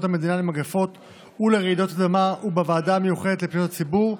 המדינה למגפות ולרעידות אדמה ובוועדה המיוחדת לפניות הציבור,